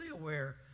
aware